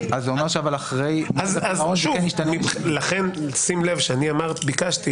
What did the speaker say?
זה אומר שאחרי --- לכן שים לב שאני ביקשתי